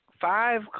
five